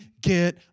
get